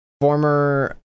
former